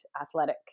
athletic